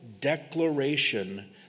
declaration